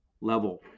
level